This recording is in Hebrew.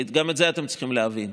וגם את זה אתם צריכים להבין.